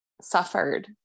suffered